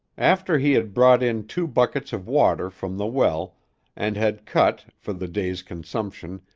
after he had brought in two buckets of water from the well and had cut, for the day's consumption,